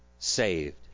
Saved